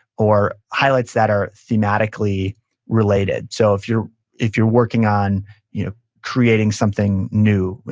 or highlights that are thematically related. so, if you're if you're working on you know creating something new,